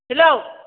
hello